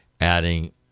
adding